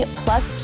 plus